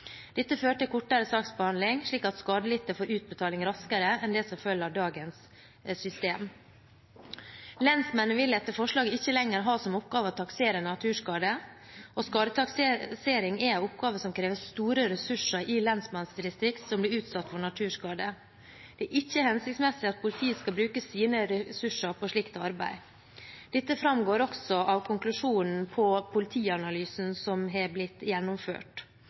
Dette fører til kortere saksbehandling slik at skadelidte får utbetaling raskere enn det som følger av dagens system. Lensmennene vil etter forslaget ikke lenger ha som oppgave å taksere naturskader. Skadetaksering er en oppgave som krever store ressurser i lensmanns-distrikt som blir utsatt for naturskade. Det er ikke hensiktsmessig at politiet skal bruke sine ressurser på slikt arbeid. Dette framgår også av konklusjonen i politianalysen som har blitt gjennomført.